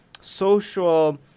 social